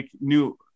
New